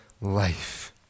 life